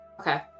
okay